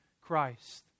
Christ